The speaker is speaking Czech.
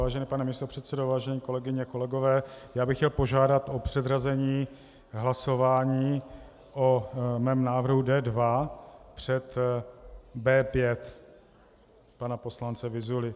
Vážený pane místopředsedo, vážené kolegyně a kolegové, já bych chtěl požádat o předřazení hlasování o mém návrhu D2 před B5 pana poslance Vyzuly.